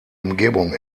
umgebung